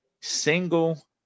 single